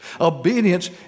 Obedience